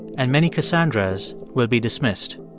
and many cassandras will be dismissed